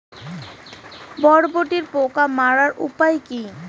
বরবটির পোকা মারার উপায় কি?